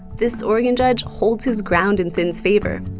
this oregon judge holds his ground in thind's favor.